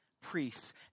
priests